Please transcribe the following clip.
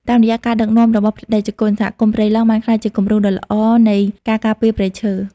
តាមរយៈការដឹកនាំរបស់ព្រះតេជគុណ សហគមន៍ព្រៃឡង់បានក្លាយជាគំរូដ៏ល្អនៃការការពារព្រៃឈើ។